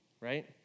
Right